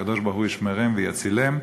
הקדוש-ברוך-הוא ישמרם ויצילם,